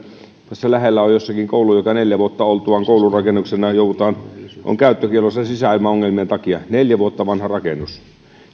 tässä lähellä on jossakin koulu joka oltuaan neljä vuotta koulurakennuksena on käyttökiellossa sisäilmaongelmien takia neljä vuotta vanha rakennus joten